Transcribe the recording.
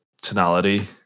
tonality